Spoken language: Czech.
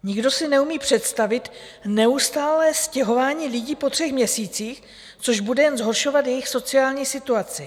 Nikdo si neumí představit neustálé stěhování lidí po třech měsících, což bude jen zhoršovat jejich sociální situaci.